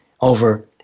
over